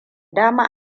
dama